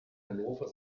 hannover